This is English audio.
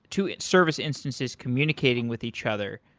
two service instances communicating with each other,